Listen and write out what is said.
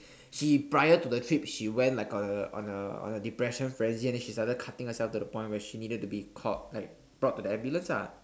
she prior to the trip she went like on a on a on a depression frenzy and then she started cutting herself to the point where she needed to be called like brought to the ambulance lah